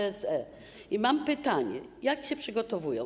I mam pytanie: Jak się przygotowują?